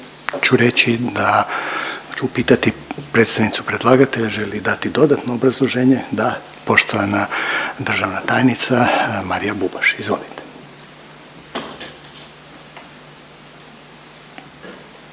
ću reći da ću pitati predstavnicu predlagatelja želi li dati dodatno obrazloženje? Da, poštovana državna tajnica Marija Bubaš. Izvolite.